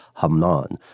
Hamnan